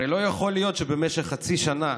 הרי לא יכול להיות שבמשך חצי שנה